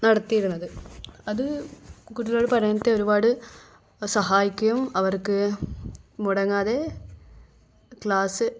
നടത്തിയിരുന്നത് അത് കുട്ടികളുടെ പഠനത്തെ ഒരുപാട് സഹായിക്കുകയും അവർക്ക് മുടങ്ങാതെ ക്ലാസ്